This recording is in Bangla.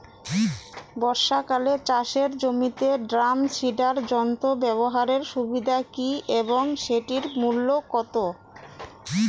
বর্ষাকালে চাষের জমিতে ড্রাম সিডার যন্ত্র ব্যবহারের সুবিধা কী এবং সেটির মূল্য কত?